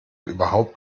überhaupt